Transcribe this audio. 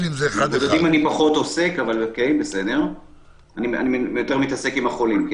אני יותר מתעסק עם החולים.